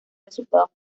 resultados